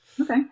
Okay